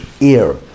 ear